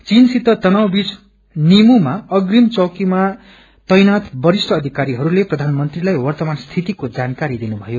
चीनसित तनाव बीच निमूमा अप्रिम चौकीमा तैनाथ वरिष्ठ अधिकरीहरूले प्रधानमंत्रीलाई वर्तमान स्थितिको जानकारी दिनुभयो